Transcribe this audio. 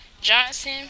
Johnson